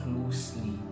closely